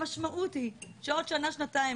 המשמעות היא שבעוד שנה-שנתיים,